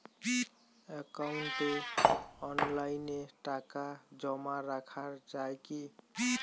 একাউন্টে অনলাইনে টাকা জমা রাখা য়ায় কি?